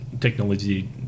technology